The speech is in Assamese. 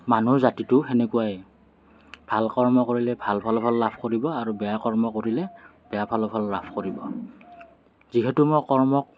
মানুহ জাতিটো হেনেকুৱাই ভাল কৰ্ম কৰিলে ভাল ফলাফল লাভ কৰিব আৰু বেয়া কৰ্ম কৰিলে বেয়া ফলাফল লাভ কৰিব যিহেতু মোৰ কৰ্মক